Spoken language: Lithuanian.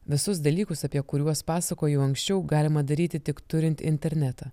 visus dalykus apie kuriuos pasakojau anksčiau galima daryti tik turint internetą